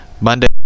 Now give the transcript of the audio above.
Monday